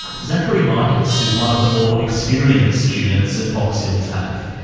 zachary mikus is one of the more experienced students at box hill tafe.